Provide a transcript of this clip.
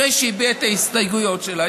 אחרי שהיא הביעה את ההסתייגויות שלה,